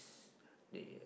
they